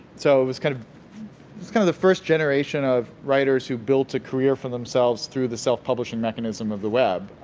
so, it was kind of was kind of the first generation of writers who built a career for themselves through the self-publishing mechanism of the web,